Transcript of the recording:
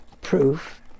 proof